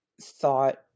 thought